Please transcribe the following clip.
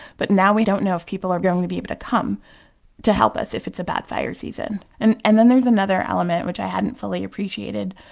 but now we don't know if people are going to be able to come to help us if it's a bad fire season. and and then there's another element which i hadn't fully appreciated,